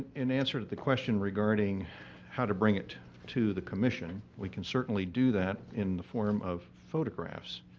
in answer to the question regarding how to bring it to the commission, we can certainly do that in the form of photographs.